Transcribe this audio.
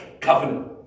covenant